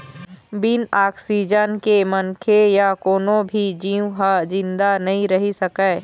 बिन ऑक्सीजन के मनखे य कोनो भी जींव ह जिंदा नइ रहि सकय